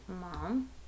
mom